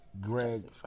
Greg